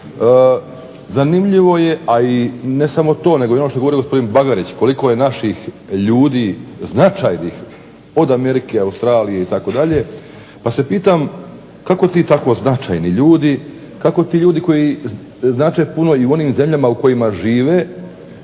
zanimljivo je a i ne samo to, nego što je govorio gospodin BAgarić koliko je naših ljudi značajnih od Amerike, Australije itd., pa se pitam kako ti tako značajni ljudi, kako ti ljudi koji znače puno i u onim zemljama u kojima žive,